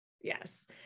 yes